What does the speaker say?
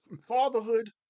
fatherhood